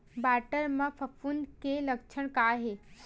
बटर म फफूंद के लक्षण का हे?